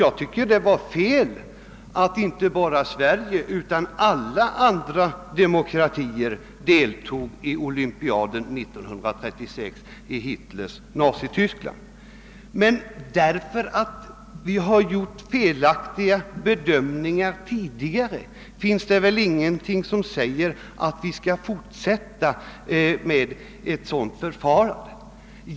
Jag tycker det var fel att inte bara Sverige utan alla andra demokratier deltog i olympiaden 1936 i Hitlers Nazi-tyskland. Men därför att vi har gjort felaktiga bedömningar lidigare finns det väl ingenting som säger att vi skall fortsätta med ett sådant förfarande.